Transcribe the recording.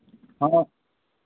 हाँ